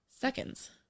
seconds